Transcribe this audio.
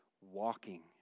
walking